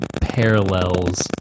parallels